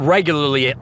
Regularly